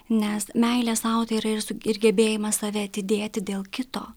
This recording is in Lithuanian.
nes meilė sau tai yra ir su ir gebėjimas save atidėti dėl kito